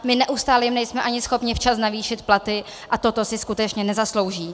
My neustále jim nejsme ani schopni včas navýšit platy a toto si skutečně nezaslouží.